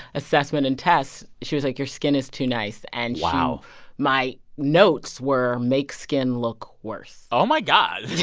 assessment and tests, she was, like, your skin is too nice. and she. wow my notes were, make skin look worse oh, my god yeah